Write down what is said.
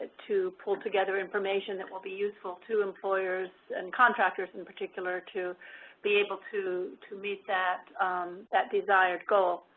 to pull together information that will be useful to employers and contractors, in particular, to be able to to meet that that desired goal.